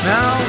Now